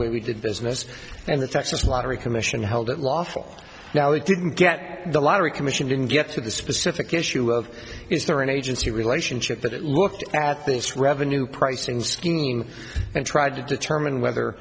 way we did business and the texas watery commission held it lawful now we didn't get the lottery commission didn't get to the specific issue of is there an agency relationship that it looked at this revenue pricing scheme and tried to determine whether